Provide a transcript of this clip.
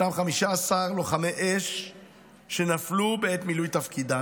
15 לוחמי אש נפלו בעת מילוי תפקידם.